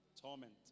Torment